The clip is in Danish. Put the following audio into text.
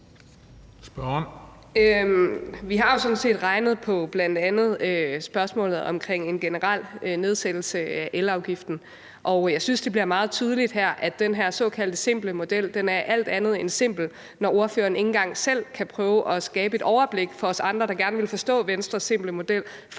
Vi har jo sådan set regnet på bl.a. spørgsmålet om en generel nedsættelse af elafgiften. Og jeg synes, det bliver meget tydeligt her, at den her såkaldte simple model er alt andet end simpel, når ordføreren ikke engang selv kan prøve at skabe et overblik for os andre, der gerne vil forstå Venstres simple model,